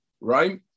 right